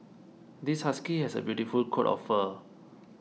this husky has a beautiful coat of fur